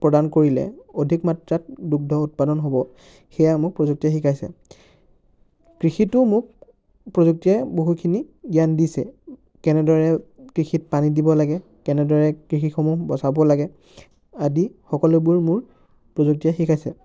প্ৰদান কৰিলে অধিক মাত্ৰাত দুগ্ধ উৎপাদন হ'ব সেইয়া মোক প্ৰযুক্তিয়ে শিকাইছে কৃষিতো মোক প্ৰযুক্তিয়ে বহুখিনি জ্ঞান দিছে কেনেদৰে কৃষিত পানী দিব লাগে কেনেদৰে কৃষিসমূহ বচাব লাগে আদি সকলোবোৰ মোক প্ৰযুক্তিয়ে শিকাইছে